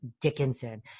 Dickinson